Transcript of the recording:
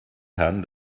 herren